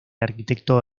arquitecto